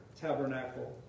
tabernacle